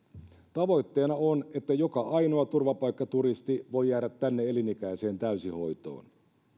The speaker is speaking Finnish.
tavoitteena on että joka ainoa turvapaikkaturisti voi jäädä tänne elinikäiseen täysihoitoon